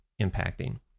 impacting